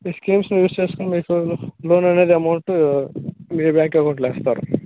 ఈ స్కీమ్స్ని యూజ్ చేసుకుని మీకు లోన్ అనేది అమౌంట్ మీ బ్యాంకు అకౌంట్లో వేస్తారు